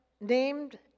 named